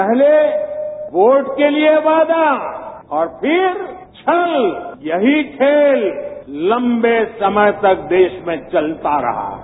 पहले वोट के लिए वादा और फ़िर छल यही खेल लम्बे समय तक देश में चलता रहा है